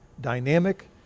dynamic